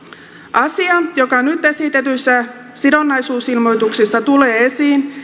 asia joka nyt esitetyissä sidonnaisuusilmoituksissa tulee esiin